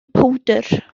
powdr